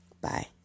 Bye